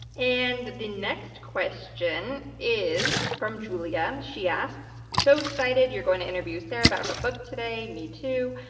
and the next question is from julia. she asks, so excited you're going to interview sarah about her book today. me too.